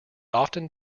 often